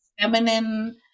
feminine